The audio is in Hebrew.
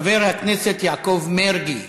חבר הכנסת יעקב מרגי,